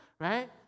right